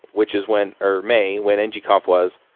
which is when or may, when and ng-conf was,